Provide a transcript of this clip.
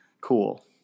Cool